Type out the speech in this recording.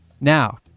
Now